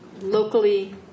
locally